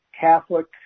Catholic